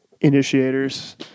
initiators